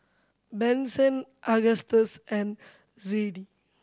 Benson Agustus and Zadie